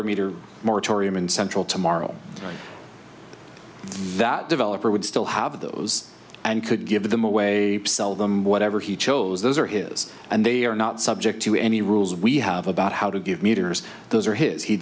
water meter moratorium in central tomorrow night that developer would still have those and could give them away sell them whatever he chose those are his and they are not subject to any rules we have about how to give meters those are his he